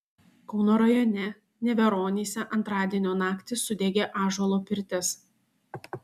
kauno rajone neveronyse antradienio naktį sudegė ąžuolo pirtis